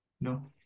No